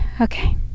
okay